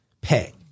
pay